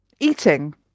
Eating